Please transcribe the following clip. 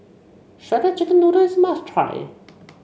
Shredded Chicken Noodles is a must try